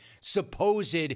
supposed